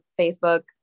Facebook